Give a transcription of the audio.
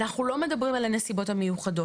אנחנו לא מדברים על הנסיבות המיוחדת.